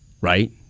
right